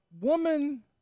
woman